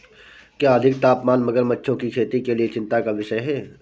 क्या अधिक तापमान मगरमच्छों की खेती के लिए चिंता का विषय है?